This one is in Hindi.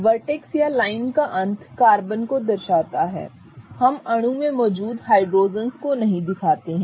वर्टेक्स या लाइन का अंत कार्बन को दर्शाता है हम अणु में मौजूद हाइड्रोजन्स को नहीं दिखाते हैं